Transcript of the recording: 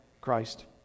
Christ